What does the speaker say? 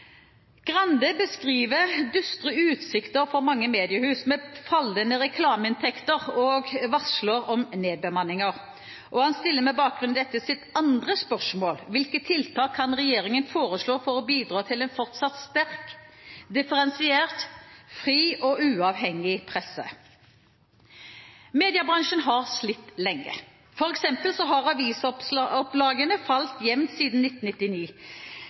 Grande beskriver «dystre utsikter» for mange mediehus, med fallende reklameinntekter og varsler om nedbemanninger. Og han stiller med bakgrunn i dette sitt andre spørsmål: Hvilke tiltak kan regjeringen foreslå for å bidra til en fortsatt «sterk, differensiert, fri og uavhengig presse»? Mediebransjen har slitt lenge. For eksempel har avisopplagene falt jevnt siden 1999.